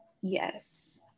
yes